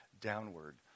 downward